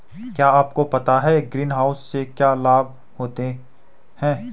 क्या आपको पता है ग्रीनहाउस से क्या लाभ होता है?